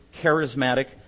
charismatic